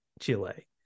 Chile